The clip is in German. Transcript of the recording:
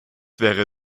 wäre